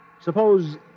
Suppose